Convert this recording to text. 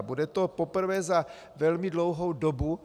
Bude to poprvé za velmi dlouhou dobu.